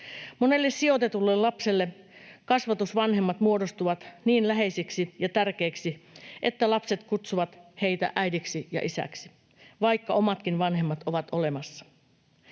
Monelle sijoitetulle lapselle kasvatusvanhemmat muodostuvat niin läheisiksi ja tärkeiksi, että lapset kutsuvat heitä äidiksi ja isäksi, vaikka omatkin vanhemmat ovat olemassa.